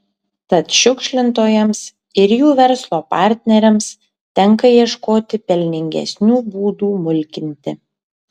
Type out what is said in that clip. tad šiukšlintojams ir jų verslo partneriams tenka ieškoti pelningesnių būdų mulkinti